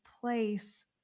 place